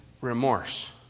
remorse